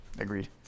Agreed